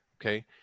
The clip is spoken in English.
okay